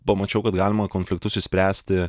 pamačiau kad galima konfliktus išspręsti